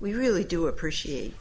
we really do appreciate